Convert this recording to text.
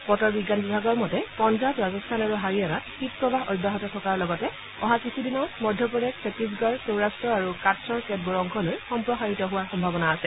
বতৰ বিজ্ঞান বিভাগৰ মতে পঞ্জাব ৰাজস্থান আৰু হাৰিয়ানাত শীতপ্ৰৱাহ অব্যাহত থকাৰ লগতে অহা কিছুদিনত মধ্যপ্ৰদেশ চত্তিশগড় সৌৰট্ট আৰু কাটচ্চৰ কেতবোৰ অংশলৈ সম্প্ৰসাৰিত হোৱাৰ সম্ভাৱনা আছে